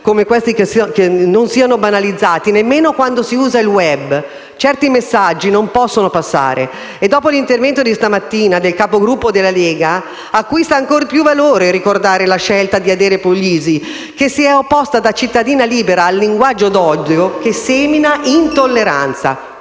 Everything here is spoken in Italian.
come questi non siano banalizzati nemmeno quando si usa il *web*. Certi messaggi non possono passare. E, dopo l'intervento di stamattina del Capogruppo della Lega, acquista ancora più valore ricordare la scelta di Adele Puglisi, che si è opposta da cittadina libera al linguaggio d'odio che semina intolleranza,